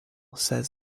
says